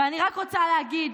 ואני רק רוצה להגיד